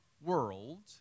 world